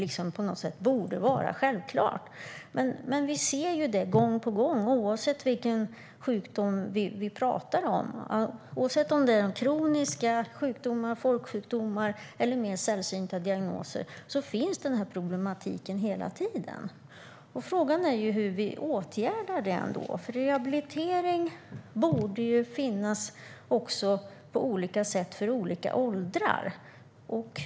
Vi ser dock gång på gång, oavsett vilken sjukdom vi pratar om, oavsett om det är kroniska sjukdomar, folksjukdomar eller mer sällsynta diagnoser, att den här problematiken finns hela tiden. Frågan är hur vi åtgärdar det. Rehabilitering borde ju också finnas för olika åldrar på olika sätt.